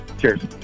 Cheers